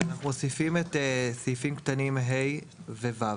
אנחנו מוסיפים את הסעיפים הקטנים (ה) ו-(ו).